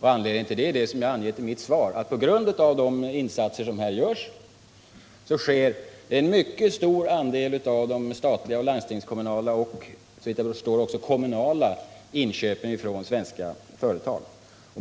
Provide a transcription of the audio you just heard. Anledningen till det är, som jag angivit i mitt svar, att på grund av de insatser som görs sker en mycket stor del av de statliga och landstingskommunala inköpen, och såvitt jag förstår även av de kommunala inköpen, från svenska företag.